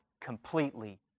completely